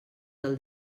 del